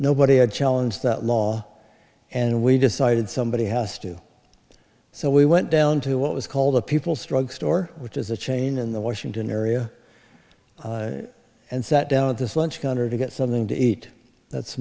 nobody had challenge that law and we decided somebody has to so we went down to what was called the people strug store which is a chain in the washington area and sat down at this lunch counter to get something to eat that's